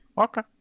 Okay